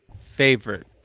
favorite